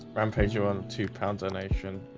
i'm paid you want to pound donation?